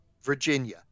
Virginia